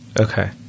Okay